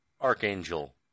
archangel